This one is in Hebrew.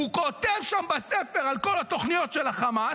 הוא כותב שם בספר על כל התוכניות של חמאס,